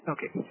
Okay